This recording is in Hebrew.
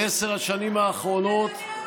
בעשר השנים האחרונות, הונגריה.